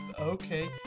Okay